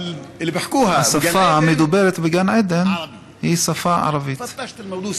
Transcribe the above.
השפה המדוברת בגן עדן היא השפה הערבית.